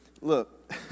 look